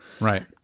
Right